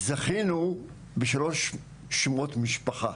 זכינו בשלוש שמות משפחה,